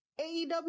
AEW